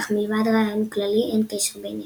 אך מלבד רעיון כללי אין קשר ביניהם.